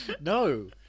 no